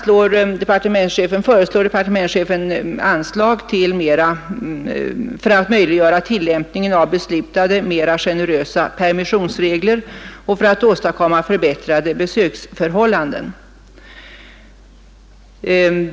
Departementschefen föreslår vidare anslag för att möjliggöra tillämpning av mera generösa permissionsregler och för att åstadkomma förbättrade besöksförhållanden.